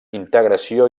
integració